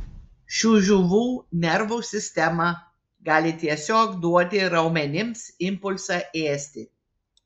šių žuvų nervų sistema gali tiesiog duoti raumenims impulsą ėsti